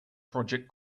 project